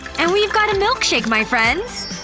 and we've got a milkshake, my friends!